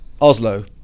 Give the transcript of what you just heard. Oslo